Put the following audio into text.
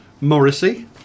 Morrissey